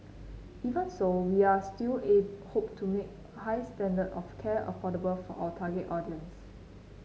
even so we are still ate hope to make high standard of care affordable for our target audience